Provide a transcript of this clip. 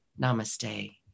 Namaste